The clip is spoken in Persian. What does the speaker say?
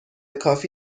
کافی